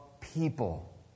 people